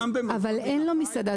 אבל אין לו מסעדה.